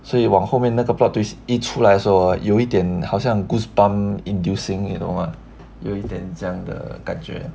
所以往后面那个 plot twist 一出来的时候 hor 有一点好像 goosebumps inducing you know ah 有一点这样的感觉